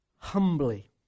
Humbly